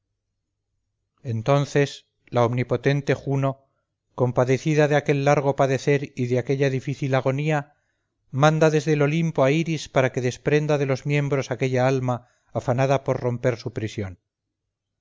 entonces la omnipotente juno compadecida de aquel largo padecer y de aquella difícil agonía manda desde el olimpo a iris para que desprenda de los miembros aquella alma afanada por romper su prisión